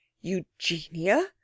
Eugenia